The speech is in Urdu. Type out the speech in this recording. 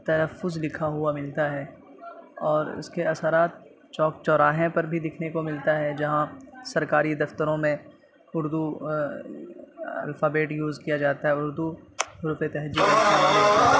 تلفظ لکھا ہوا ملتا ہے اور اس کے اثرات چوک چوراہے پر بھی دیکھنے کوملتا ہے جہاں سرکاری دفتروں میں اردو الفابیٹ یوز کیا جاتا ہے اردو